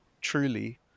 truly